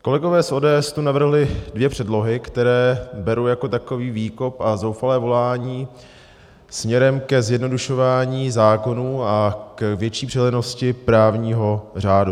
Kolegové z ODS tu navrhli dvě předlohy, které beru jako takový výkop a zoufalé volání směrem ke zjednodušování zákonů a k větší přehlednosti právního řádu.